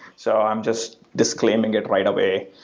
so i'm just disclaiming it right away,